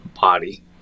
body